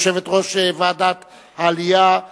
יושבת-ראש ועדת העלייה,